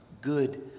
good